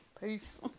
Peace